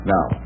Now